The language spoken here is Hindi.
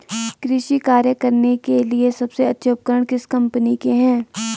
कृषि कार्य करने के लिए सबसे अच्छे उपकरण किस कंपनी के हैं?